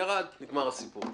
ירד, נגמר הסיפור.